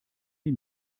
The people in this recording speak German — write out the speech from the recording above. die